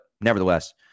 nevertheless